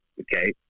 Okay